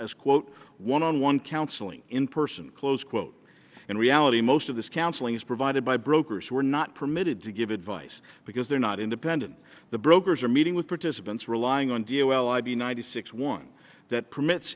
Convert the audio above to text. as quote one on one counseling in person close quote in reality most of this counseling is provided by brokers who are not permitted to give advice because they're not independent the brokers are meeting with participants relying on v o i p ninety six one that permits